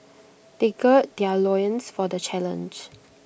they gird their loins for the challenge